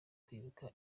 kwibuka